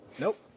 Nope